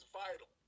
vital